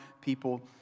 people